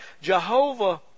Jehovah